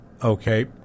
Okay